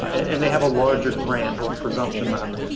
and they have a larger grant, or presumption, rather,